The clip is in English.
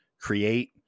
Create